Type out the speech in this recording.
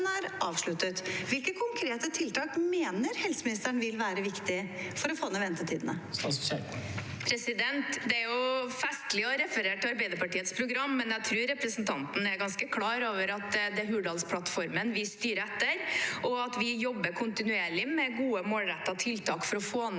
er avsluttet. Hvilke konkrete tiltak mener helseministeren vil være viktig for å få ned ventetidene? Statsråd Ingvild Kjerkol Det er festlig å referere til Arbeiderpartiets program, men jeg tror representanten er ganske klar over at det er Hurdalsplattformen vi styrer etter, og at vi jobber kontinuerlig med gode, målrettede tiltak for å få ned